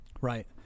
Right